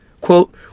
Quote